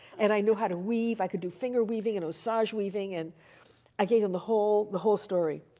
and i knew how to weave. i could do finger weaving and massage weaving. and i gave him the whole, the whole story.